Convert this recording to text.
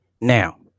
now